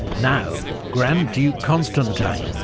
now grand duke constantine,